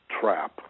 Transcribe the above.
trap